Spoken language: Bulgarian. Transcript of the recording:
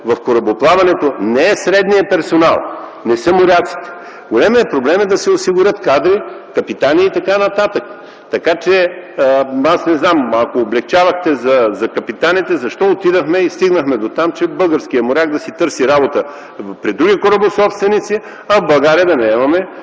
в корабоплаването не е средният персонал, не са моряците. Големият проблем е да се осигурят кадри – капитани и т.н. Ако облекчавахте за капитаните, защо стигнахме дотам, че българският моряк да си търси работа при други корабособственици, а в България да наемаме